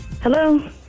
Hello